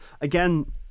again